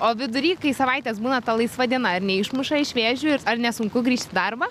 o vidury kai savaitės būna ta laisva diena ar neišmuša iš vėžių ar nesunku grįšt į darbą